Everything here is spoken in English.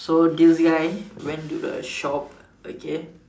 so this guy went to the shop okay